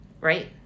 right